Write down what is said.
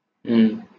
mm